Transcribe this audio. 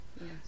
Yes